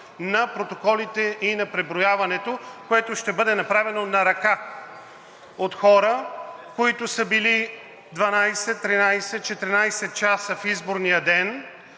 на протоколите и на преброяването, което ще бъде направено на ръка от хора, които са били 12, 13, 14 часа в изборния ден,